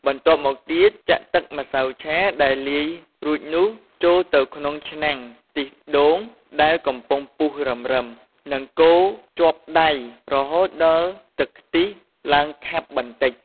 បន្ទាប់មកទៀត ចាក់ទឹកម្សៅឆាដែលលាយរួចនោះ ចូលទៅក្នុងឆ្នាំងខ្ទិះដូងដែលកំពុងពុះរឹមៗ និងកូរជាប់ដៃ រហូតដល់ទឹកខ្ទិះឡើងខាប់បន្តិច។